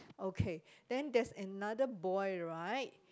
okay then there's another boy right